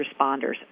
responders